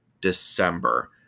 December